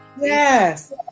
Yes